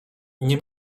nie